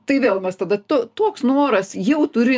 tai vėl mes tada tu toks noras jau turi